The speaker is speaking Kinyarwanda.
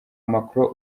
macron